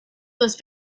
this